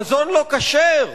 מזון לא-כשר,